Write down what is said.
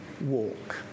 walk